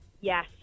Yes